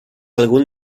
algun